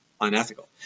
unethical